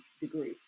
degree